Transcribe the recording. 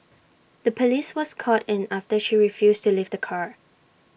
the Police was called in after she refused to leave the car